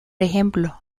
ejemplo